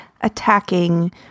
attacking